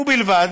ובלבד